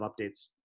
updates